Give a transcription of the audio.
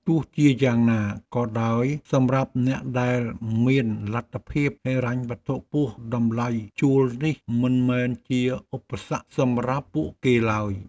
ទោះជាយ៉ាងណាក៏ដោយសម្រាប់អ្នកដែលមានលទ្ធភាពហិរញ្ញវត្ថុខ្ពស់តម្លៃជួលនេះមិនមែនជាឧបសគ្គសម្រាប់ពួកគេឡើយ។